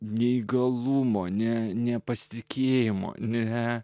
neįgalumo ne nepasitikėjimo ne